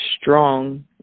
strong